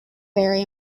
very